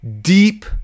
deep